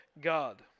God